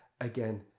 again